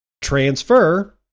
transfer